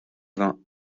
vingt